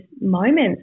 moments